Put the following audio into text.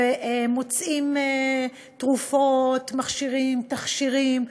ומוצאים תרופות, מכשירים, תכשירים,